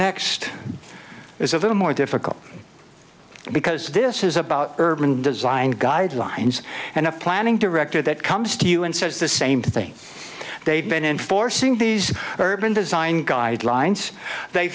next is a little more difficult because this is about urban design guidelines and a planning director that comes to you and says the same thing they've been enforcing these urban design guidelines they